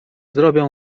zrobią